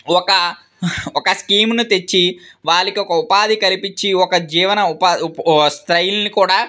ఒక ఒక స్కీమును తెచ్చి వాళ్ళకి ఒక ఉపాధి కల్పించి ఒక జీవన ఉపా శైలిని కూడా